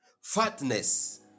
fatness